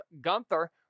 Gunther